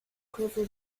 quiver